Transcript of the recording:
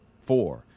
four